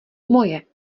moje